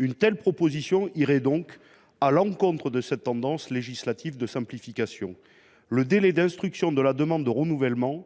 Un tel article irait à l’encontre de cette tendance législative de simplification. Le délai d’instruction de la demande de renouvellement